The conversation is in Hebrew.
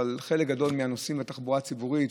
אבל לחלק גדול מהנוסעים בתחבורה הציבורית,